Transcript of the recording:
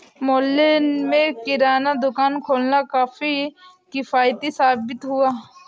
मोहल्ले में किराना दुकान खोलना काफी किफ़ायती साबित हुआ